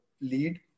lead